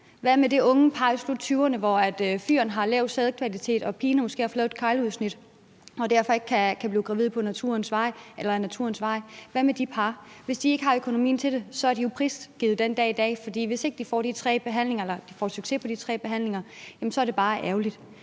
Hvad med det unge par i sluttyverne, hvor fyren har lav sædkvalitet og pigen måske har fået lavet et keglesnit og derfor ikke kan blive gravid ad naturens vej? Hvad med de par? Hvis de ikke har økonomien til det, er de jo prisgivet den dag i dag, for hvis ikke de får succes med de tre behandlinger, er det bare ærgerligt.